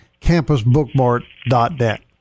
campusbookmart.net